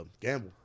Gamble